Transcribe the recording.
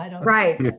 Right